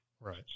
Right